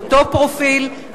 אותו פרופיל,